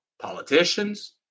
politicians